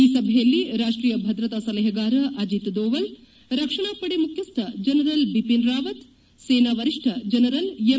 ಈ ಸಭೆಯಲ್ಲಿ ರಾಷ್ಟೀಯ ಭದ್ರತಾ ಸಲಹೆಗಾರ ಅಜಿತ್ ದೋವಲ್ ರಕ್ಷಣಾ ಪಡೆ ಮುಖ್ಯಸ್ವ ಜನರಲ್ ಬಿಪಿನ್ ರಾವತ್ ಸೇನಾ ವರಿಷ್ಠ ಜನರಲ್ ಎಂ